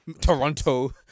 Toronto